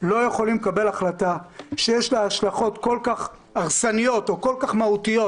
לא יכולים לקבל החלטה שיש לה השלכות כל כך הרסניות או כל כך מהותיות,